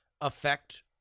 affect